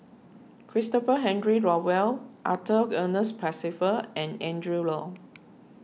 Christopher Henry Rothwell Arthur Ernest Percival and Adrin Loi